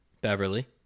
Beverly